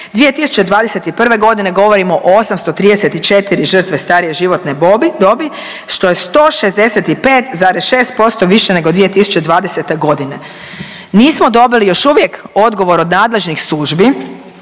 2021.g. govorimo o 834 žrtve starije životne dobi, što je 165,6% više nego 2020.g.. Nismo dobili još uvijek odgovor od nadležnih službi